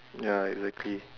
ya exactly